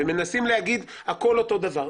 ומנסים להגיד הכל אותו הדבר,